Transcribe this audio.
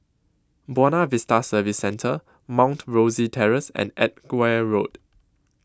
Buona Vista Service Centre Mount Rosie Terrace and Edgware Road